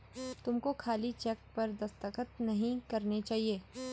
तुमको खाली चेक पर दस्तखत नहीं करने चाहिए